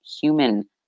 human